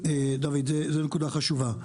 דוד זו נקודה חשובה.